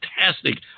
fantastic